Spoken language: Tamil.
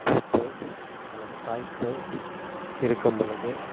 பூத்தோ அல்லது காய்த்தோ இருக்கும்பொழுது